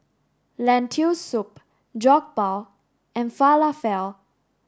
lentil soup Jokbal and Falafel